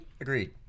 Agreed